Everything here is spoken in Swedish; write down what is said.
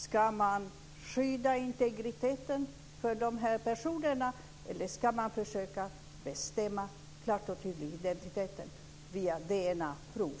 Ska man skydda integriteten för de här personerna eller ska man klart och tydligt försöka bestämma identiteten via DNA-prov?